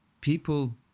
people